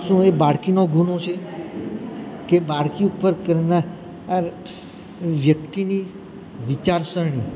શું એ બાળકીનો ગુનો છે કે બાળકી ઉપર કરનાર વ્યક્તિની વિચાર સરણી